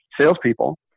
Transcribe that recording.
salespeople